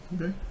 Okay